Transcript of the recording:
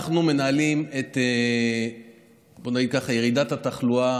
בואו נגיד ככה: אנחנו מנהלים את ירידת התחלואה